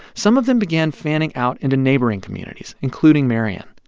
some of them began fanning out into neighboring communities, including marion.